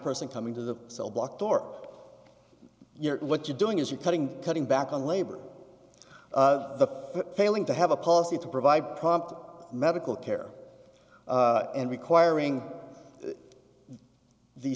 person coming to the cell block door you know what you're doing is you cutting cutting back on labor the failing to have a policy to provide prompt medical care and requiring the